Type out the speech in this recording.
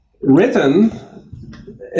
written